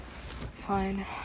Fine